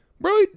Bro